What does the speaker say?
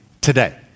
today